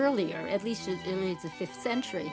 earlier at least in the th century